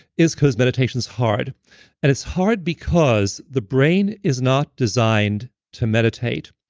is because meditation is hard and it's hard because the brain is not designed to meditate.